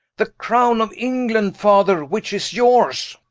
the crowne of england, father, which is yours